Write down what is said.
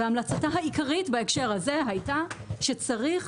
והמלצתה הייתה העיקרית בהקשר הזה הייתה שצריך